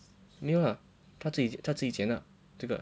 没有啦他自己他自己剑啦这个